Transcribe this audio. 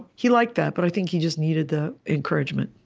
he liked that, but i think he just needed the encouragement